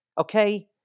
okay